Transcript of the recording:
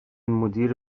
مدیر